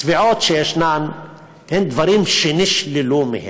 התביעות שיש הן דברים שנשללו מהם.